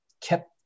kept